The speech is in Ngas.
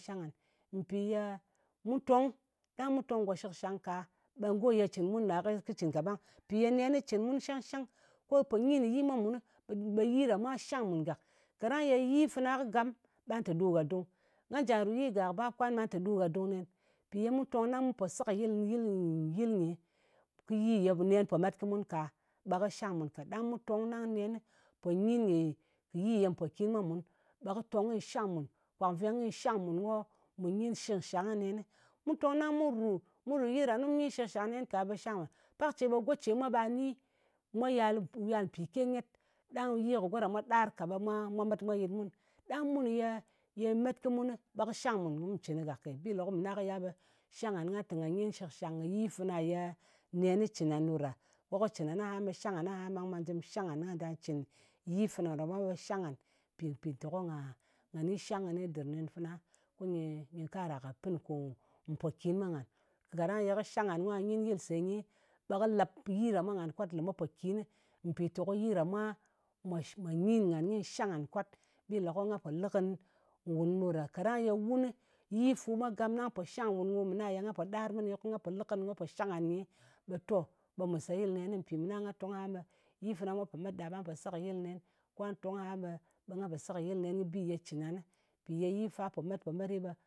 Shang ngan. Mpì ye mu tong, ɗang mu tong ngò shɨkshang ka, ɓe go ye cɨn mun ɗa, kɨ cɨn kaɓang. Mpì ye nenni cɨn mun shang-shang, ko po nyin kɨ yi mwa mun, ɓe yi ɗa mwa shang mùn gàk. Kaɗang yè yi fana kɨ gam ɓà te ɗo nga dung. Nga jà ru yi gàk, bap, kwan, ɓà lɨ te ɗo ngha dung nen. Mpì ye mu tong ɗang mu po sekɨyɨl ngɨ yɨl nyi, kɨ yi ye nen po met kɨ mun ka, ɓe kɨ shang mùn ka. Ɗang mu tong ɗang nen po nyɨn kɨ yi ye mpòkin mwa mun, ɓe kɨ tong ko nyɨ shang mùn. Kwak nveng ko nyɨ shang mùn ko mù nyin shɨkshang nen. Mu tong ɗang mu ru, mu ru yi ɗa, ɗang mu nyin shɨkshang nen ka ɓe kɨ shang a? Pak ce mwa ɓa ni go ce mwa yal, yal mpìke nyet, ɗang yi kɨ go ɗa mwa ɗar ka, ɓe mwa mwa met mwa yɨt mun. Ɗang mun ye met kɨ mun, ɓe kɨ shang mùn kù cɨnɨ gàkke. Bi le ko mɨna kɨ yal ɓe shang ngan ka tè nga nyin shɨkshang kɨ yi fɨna ye nenni cɨn nàn ɗo ɗa. Ko kɨ cɨn ngan aha ɓe shang ngan aha bà nɗa cɨn yi fana ɗa mwa ɓe shang ngan mpì mpì tèko nga ni shang kɨni dɨr nen fɨna, ko nyɨ nyɨ karà kɨ pin kɨ kò mpòkin mwa ngan. Kaɗang ye kɨ shang ngan ko nga nyi yɨlse nyi, ɓe kɨ lep yi ɗa mwa ngan kwat lemet mpòkin nɨ, mpìteko yi ɗa mwa mwā nyi ngan kuwi shang ngan kwat. Bi lè ko nga po lɨ kɨnɨ nwùn ɗo ɗa. Kaɗang ye wuni, yi fu mwa gam ɗang po shang nwùn ko mɨna ye nga po ɗar mɨnɨ ko nga po lɨ kɨnɨ, ko pò shang ngan nyi, ɓe to, ɓe mù seyɨl nen. Mpì mɨna ɓe nga tong aha ɓe yi fana mwa po met ɗa ɓe nga po sekɨyɨl nen. Kwa ton g aha ɓe ngà po sekɨyɨl nen kɨ bi ye cɨn ngan. Mpì ye yi fa po-met-po-met ɗɨ ɓe,